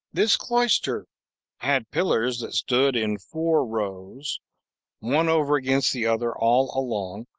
this cloister had pillars that stood in four rows one over against the other all along,